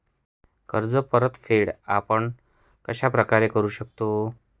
कर्ज परतफेड आपण कश्या प्रकारे करु शकतो?